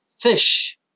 fish